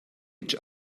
each